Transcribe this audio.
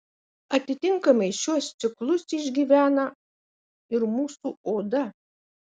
atitinkamai šiuos ciklus išgyvena ir mūsų oda